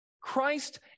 Christ